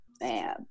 man